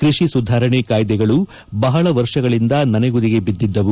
ಕೃಷಿ ಸುಧಾರಣೆ ಕಾಯ್ದೆಗಳು ಬಹಳ ವರ್ಷಗಳಿಂದ ನನೆಗುದಿಗೆ ಬಿದ್ದಿದ್ದವು